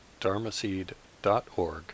dharmaseed.org